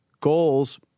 goals